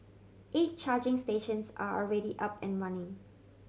eight charging stations are already up and running